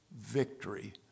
victory